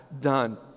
done